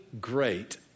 great